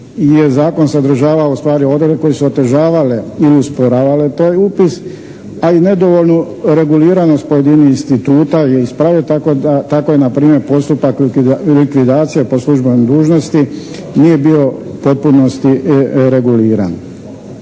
Zakon sadržavao ustvari odredbe koje su otežavale ili usporavale taj upis, a i nedovoljnu reguliranost pojedinih instituta i isprave tako da, tako je npr. postupak likvidacija po službenoj dužnosti nije bio u potpunosti reguliran.